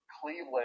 Cleveland